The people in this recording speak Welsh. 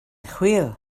chwil